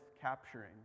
capturing